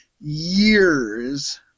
years